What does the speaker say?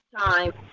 time